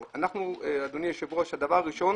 אדוני היושב-ראש, הדבר הראשון,